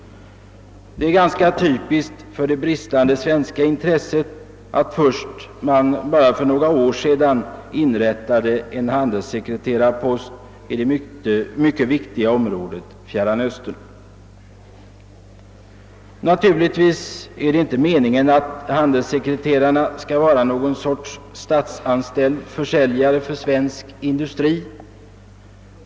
Typiskt för det bristande svenska intresset är att Sverige först för några år sedan inrättade en handelssekreterarpost i det mycket viktiga området Fjärran Östern. Naturligtvis är det inte meningen att handelssekreteraren skall vara någon sorts statsanställd försäljare för svensk industri.